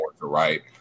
right